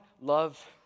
love